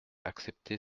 accepter